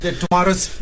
tomorrow's